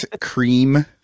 Cream